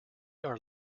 are